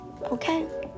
okay